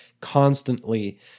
constantly